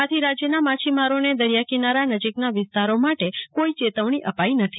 આથી રાજ્યના માછીમારોને દરિયાકિનારા નજીકના વિસ્તારો માટે કોઈ ચેતવણી અપાઈ નથી